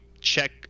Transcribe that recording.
check